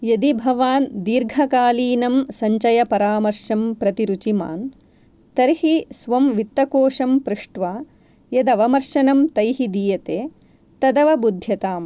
यदि भवान् दीर्घकालीनं सञ्चयपरामर्शं प्रति रुचिमान् तर्हि स्वं वित्तकोशं पृष्ट्वा यदवमर्शनं तैः दीयते तदवबुध्यताम्